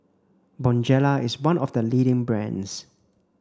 Bonjela is one of the leading brands